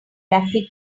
graffiti